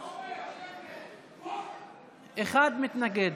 אחד מתנגד.